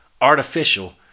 artificial